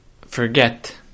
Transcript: forget